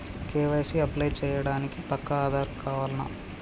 KYC apply చేయనీకి పక్కా ఆధార్ కావాల్నా?